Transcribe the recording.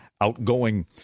outgoing